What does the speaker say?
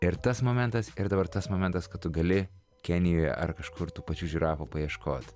ir tas momentas ir dabar tas momentas kad tu gali kenijoje ar kažkur tų pačių žiūrovų paieškot